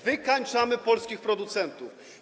Wykańczamy polskich producentów.